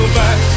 back